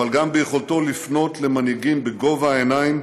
אבל גם ביכולת לפנות למנהיגים בגובה העיניים